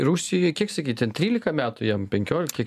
rusijoj kiek sakei ten trylika metų jam penkiolika kiek